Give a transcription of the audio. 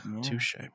Touche